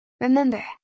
Remember